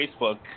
Facebook